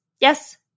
Yes